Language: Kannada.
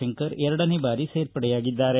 ಶಂಕರ್ ಎರಡನೇ ಬಾರಿಗೆ ಸೇರ್ಪಡೆಯಾಗಿದ್ದಾರೆ